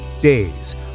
days